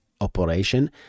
operation